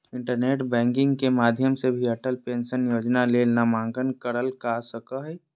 internet banking के माध्यम से भी अटल पेंशन योजना ले नामंकन करल का सको हय